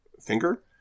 finger